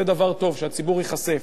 זה דבר טוב שהציבור ייחשף,